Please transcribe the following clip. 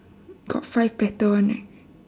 got five petal one right